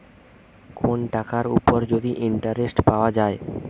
কোন টাকার উপর যদি ইন্টারেস্ট পাওয়া যায়